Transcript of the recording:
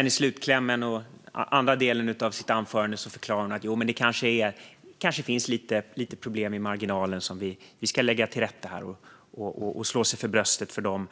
I slutklämmen i den andra delen av sitt anförande förklarade Magdalena Andersson att det kanske finns lite problem i marginalen som man ska lägga till rätta, och sedan ska man slå sig för bröstet för de